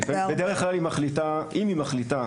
אם היא מחליטה